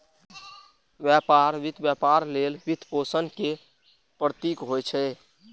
व्यापार वित्त व्यापार लेल वित्तपोषण के प्रतीक होइ छै